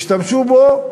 כאשר השתמשו בו,